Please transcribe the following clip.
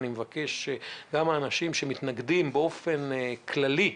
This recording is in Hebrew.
אני מבקש שגם האנשים שמתנגדים באופן כללי לדבר,